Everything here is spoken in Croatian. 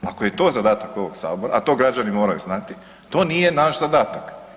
Ako je to zadatak ovog sabora, a to građani moraju znati, to nije naš zadatak.